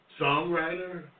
songwriter